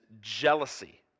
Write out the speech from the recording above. jealousy